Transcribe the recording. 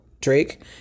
Drake